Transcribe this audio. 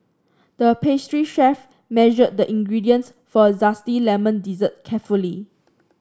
the pastry chef measured the ingredients for a zesty lemon dessert carefully